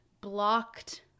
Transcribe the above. blocked